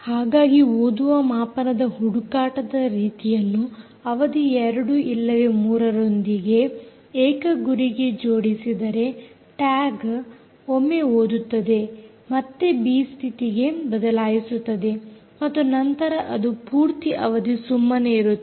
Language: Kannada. ಹಾಗಾಗಿ ಓದುವ ಮಾಪನದ ಹುಡುಕಾಟದ ರೀತಿಯನ್ನು ಅವಧಿ 2 ಇಲ್ಲವೇ 3 ರೊಂದಿಗೆ ಏಕ ಗುರಿಗೆ ಜೋಡಿಸಿದರೆ ಟ್ಯಾಗ್ ಒಮ್ಮೆ ಓದುತ್ತದೆ ಮತ್ತೆ ಬಿ ಸ್ಥಿತಿಗೆ ಬದಲಾಯಿಸುತ್ತದೆ ಮತ್ತು ನಂತರ ಅದು ಪೂರ್ತಿ ಅವಧಿ ಸುಮ್ಮನೆ ಇರುತ್ತದೆ